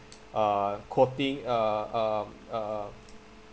uh quoting uh um um